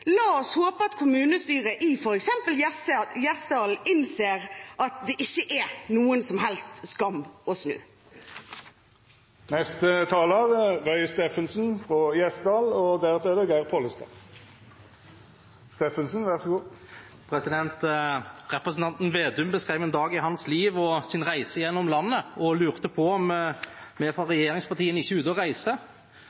La oss håpe at f.eks. kommunestyret i Gjesdal innser at det ikke er noen som helst skam å snu. Representanten Slagsvold Vedum beskrev en dag i sitt liv og sin reise gjennom landet, og han lurte på om vi fra